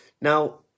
Now